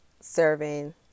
serving